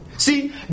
See